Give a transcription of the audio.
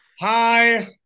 Hi